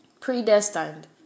predestined